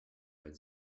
red